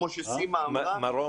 כמו שסימה אמרה --- מירום,